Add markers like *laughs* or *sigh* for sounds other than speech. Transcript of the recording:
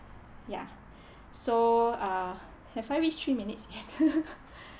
ya *breath* so uh have I reach three minutes *laughs*